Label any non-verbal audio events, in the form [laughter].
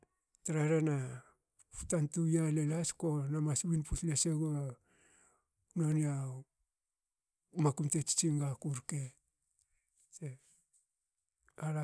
Tra rehena tantu yia lol has ko na mas win puts nasegua nonia [hesitation] makum te tsitsing gaku rke. ah